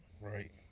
Right